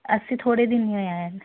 ਅਸੀਂ ਥੋੜ੍ਹੇ ਦਿਨ ਹੀ ਹੋਏ ਆਇਆਂ ਨੂੰ